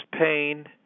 pain